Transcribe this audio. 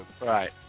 Right